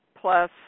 plus